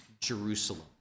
Jerusalem